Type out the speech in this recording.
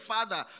Father